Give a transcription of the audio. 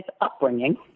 upbringing